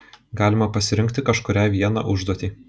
galima pasirinkti kažkurią vieną užduotį